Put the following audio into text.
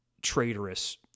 traitorous